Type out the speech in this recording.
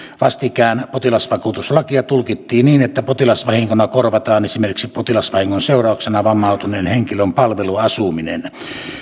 vastikään potilasvakuutuslakia tulkittiin niin että potilasvahinkona korvataan esimerkiksi potilasvahingon seurauksena vammautuneen henkilön palveluasuminen